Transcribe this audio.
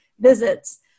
visits